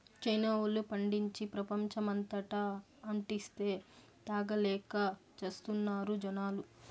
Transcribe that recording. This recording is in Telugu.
చైనా వోల్లు పండించి, ప్రపంచమంతటా అంటిస్తే, తాగలేక చస్తున్నారు జనాలు